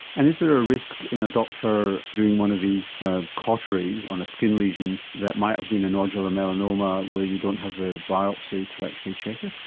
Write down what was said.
and is there a risk in a doctor doing one of these cauteries on a skin lesion that might have been a nodular melanoma where you don't have the biopsy to actually check it?